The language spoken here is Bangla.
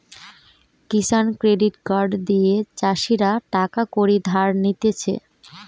কিষান ক্রেডিট কার্ড দিয়ে চাষীরা টাকা কড়ি ধার নিতেছে